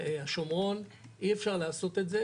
שבשטחי השומרון אי אפשר לעשות את זה,